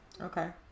Okay